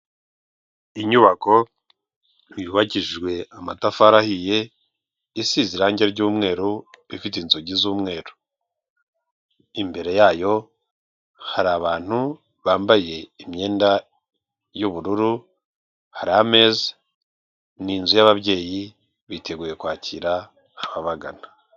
Inyubako yubakishijwe amatafari ahiye isize irangi ry'umweru ifite inzugi z'umweru imbere yayo hari abantu bambaye imyenda y'ubururu, hari ameza. Ni inzu y'ababyeyi biteguye kwakira ababagana.